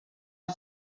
the